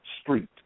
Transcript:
street